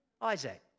Isaac